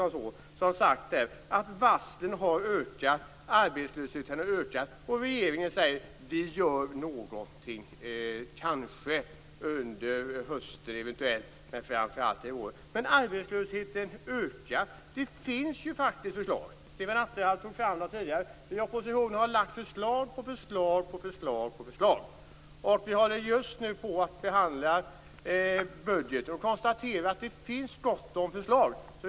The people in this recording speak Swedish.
Varslen och arbetslösheten har faktiskt ökat, och regeringen säger: Vi gör kanske någonting, eventuellt under hösten, men framför allt i vår. Men arbetslösheten ökar. Det finns ju faktiskt förslag. Stefan Attefall redogjorde för dem tidigare. Vi i oppositionen har lagt fram förslag efter förslag. Och vi håller just nu på att behandla budgeten och konstaterar att det finns gott om förslag.